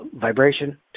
vibration